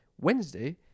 Wednesday